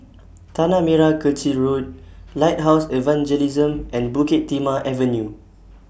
Tanah Merah Kechil Road Lighthouse Evangelism and Bukit Timah Avenue